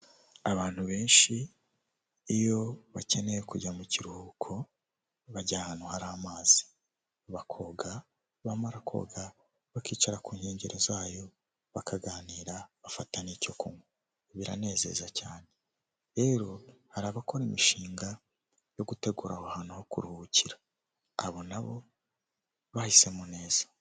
Abantu benshi iyo bakeneye kujya mu kiruhuko bajya ahantu hari amazi, abakobwa bamara koga bakicara ku nkengero zayo bakaganira bafata icyo kunywa biranezeza cyane. Rero hari abakora imishinga yo gutegura aho hantu ho kuruhukira abo nabo bahisemo neza.